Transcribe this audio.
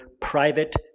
private